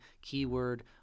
keyword